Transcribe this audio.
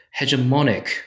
hegemonic